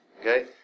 okay